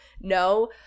no